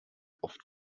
oft